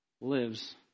lives